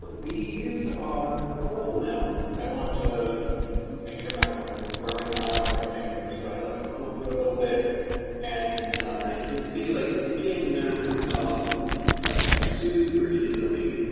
these are cool now i want to make sure i'm not gonna like burn the hell out of my fingers so i let them cool for a little bit and you can see like the skin now comes off like super easily